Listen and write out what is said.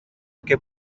che